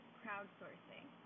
crowdsourcing